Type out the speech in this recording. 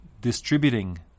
distributing